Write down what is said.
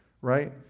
right